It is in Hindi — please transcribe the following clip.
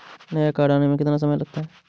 नया कार्ड आने में कितना समय लगता है?